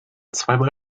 zweimal